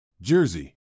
Jersey